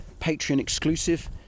Patreon-exclusive